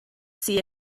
sea